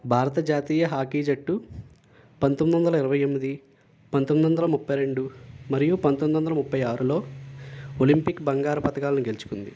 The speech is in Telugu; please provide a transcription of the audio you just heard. భారత జాతీయ హాకీ జట్టు పంతొమ్మిది వందల ఇరవై ఎనిమిది పంతొమ్మిది వందల ముప్పై రెండు మరియు పంతొమ్మిది వందల ముప్పై ఆరులో ఒలింపిక్ బంగారు పథకాలను గెలుచుకుంది